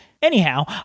Anyhow